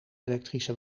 elektrische